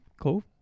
Cool